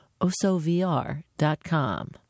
OsoVR.com